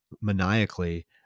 maniacally